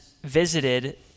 visited